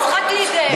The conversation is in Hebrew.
ממש משחק לידיהם.